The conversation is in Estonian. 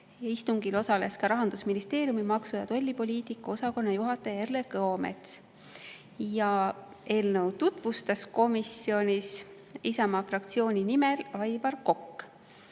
Istungil osales ka Rahandusministeeriumi maksu- ja tollipoliitika osakonna juhataja Erle Kõomets. Eelnõu tutvustas komisjonis Isamaa fraktsiooni nimel Aivar Kokk.